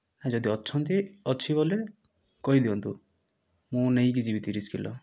ଯଦି ଅଛନ୍ତି ଅଛି ବୋଇଲେ କହିଦିଅନ୍ତୁ ମୁଁ ନେଇକି ଯିବି ତିରିଶ କିଲୋ